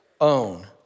own